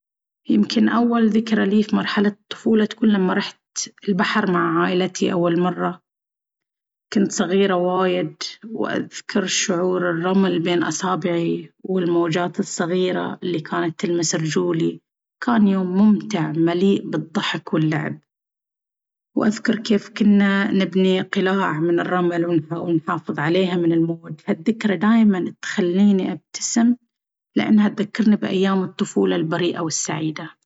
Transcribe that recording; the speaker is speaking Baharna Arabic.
يمكن أول ذكرى لي في مرحلة الطفولة تكون لما رحت البحر مع عائلتي لأول مرة. كنت صغيرة وايد، وأذكر شعور الرمل بين أصابعي والموجات الصغيرة اللي كانت تلمس رجولي. كان يوم ممتع مليء بالضحك واللعب، وأذكر كيف كنا نبني قلاع من الرمل ونحاول نحافظ عليها من الموج. هالذكرى دايمًا تخليني أبتسم لأنها تذكرني بأيام الطفولة البريئة والسعيدة.